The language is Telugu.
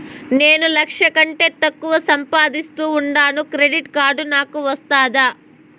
నేను లక్ష కంటే తక్కువ సంపాదిస్తా ఉండాను క్రెడిట్ కార్డు నాకు వస్తాదా